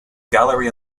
gallery